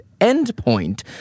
endpoint